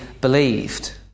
believed